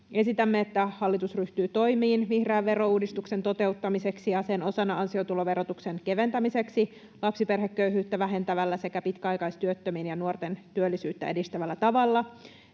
edellyttää, että hallitus ryhtyy toimiin vihreän verouudistuksen toteuttamiseksi ja sen osana ansiotuloverotuksen keventämiseksi lapsiperheköyhyyttä vähentävällä sekä pitkäaikaistyöttömien ja nuorten työllisyyttä edistävällä tavalla.